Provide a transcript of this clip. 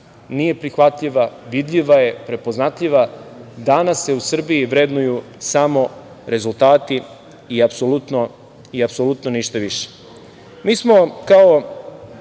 nije prihvatljiva, vidljiva je, prepoznatljiva, danas se u Srbiji vrednuju samo rezultati i apsolutno ništa više. Da se